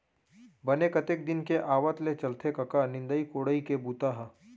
बने कतेक दिन के आवत ले चलथे कका निंदई कोड़ई के बूता ह?